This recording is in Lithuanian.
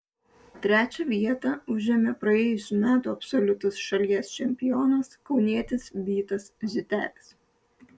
trečią vietą užėmė praėjusių metų absoliutus šalies čempionas kaunietis vytas ziutelis